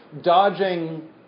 dodging